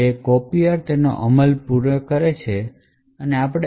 તેથી કોપીઅર તેની અમલ પૂર્ણ કર્યા પછી